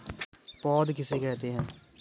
पौध किसे कहते हैं?